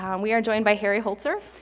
um we are joined by harry holzer.